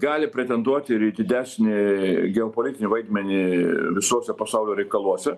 gali pretenduoti ir į didesnį geopolitinį vaidmenį visuose pasaulio reikaluose